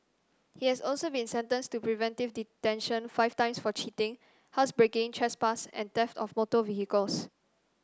he has also been sentenced to preventive detention five times for cheating housebreaking trespass and theft of motor vehicles